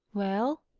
well?